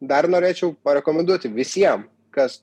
dar norėčiau parekomenduoti visiem kas